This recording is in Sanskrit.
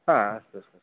हा अस्तु अस्तु